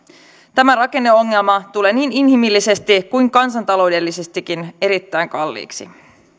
tämä rakenneongelma tulee niin inhimillisesti kuin kansantaloudellisestikin erittäin kalliiksi